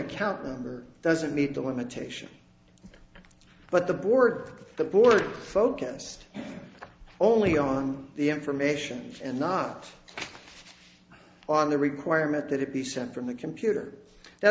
account number doesn't meet the limitation but the board of the board focused only on the information and not on the requirement that it be sent from the computer now